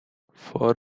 for